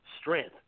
strength